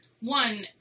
one